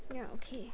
yeah okay